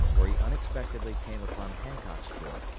where he unexpectedly came upon hancock's corps,